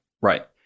right